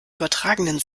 übertragenem